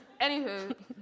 Anywho